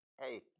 hey